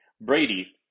Brady